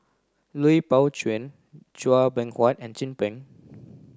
Lui Pao Chuen Chua Beng Huat and Chin Peng